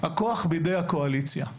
הכוח בידי הקואליציה,